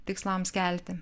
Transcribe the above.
tikslams kelti